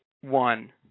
one